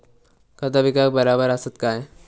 खता पिकाक बराबर आसत काय?